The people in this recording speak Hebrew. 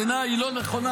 בעיניי היא לא נכונה,